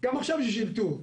גם עכשיו יש אלתור.